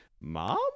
mom